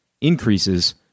increases